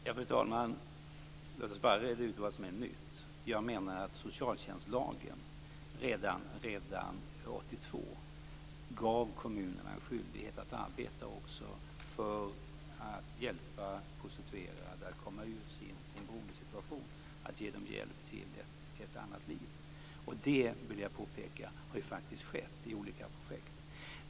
Fru talman! Låt oss börja med att reda ut vad som är nytt. Jag menar att socialtjänstlagen redan 1982 gav kommunerna en skyldighet att arbeta för att hjälpa prostituerade att komma ur sin beroendesituation och att ge dem hjälp till ett annat liv. Det, vill jag påpeka, har faktiskt skett i olika projekt.